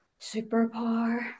Superpower